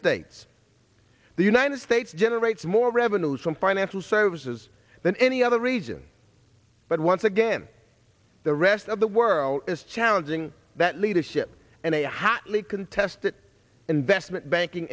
states the united states generates more revenues from financial services than any other region but once again the rest of the world is challenging that leadership and a hotly contested investment banking